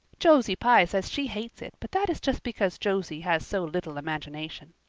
josie pye says she hates it but that is just because josie has so little imagination.